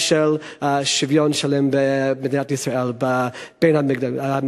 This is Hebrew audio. של שוויון מלא במדינת ישראל בין המגדרים,